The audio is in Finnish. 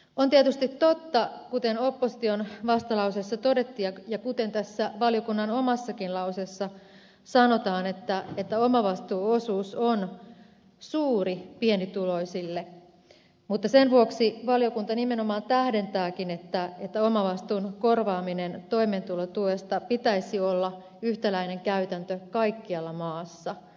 on tietysti totta kuten opposition vastalauseessa todettiin ja kuten tässä valiokunnan omassakin lausunnossa sanotaan että omavastuuosuus on suuri pienituloisille mutta sen vuoksi valiokunta nimenomaan tähdentääkin että omavastuun korvaamisen toimeentulotuesta pitäisi olla yhtäläinen käytäntö kaikkialla maassa